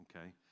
Okay